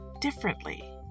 differently